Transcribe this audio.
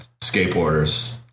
skateboarders